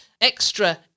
extra